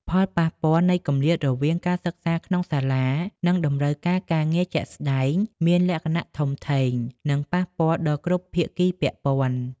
ផលប៉ះពាល់នៃគម្លាតរវាងការសិក្សាក្នុងសាលា និងតម្រូវការការងារជាក់ស្តែងមានលក្ខណៈធំធេង និងប៉ះពាល់ដល់គ្រប់ភាគីពាក់ព័ន្ធ។